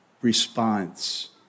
response